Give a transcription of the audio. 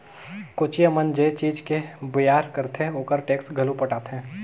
कोचिया मन जे चीज के बेयार करथे ओखर टेक्स घलो पटाथे